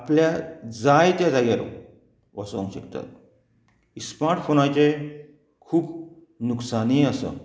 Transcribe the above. आपल्या जाय त्या जाग्यार वसोंक शकता स्मार्ट फोनाचे खूब नुकसानीय आसा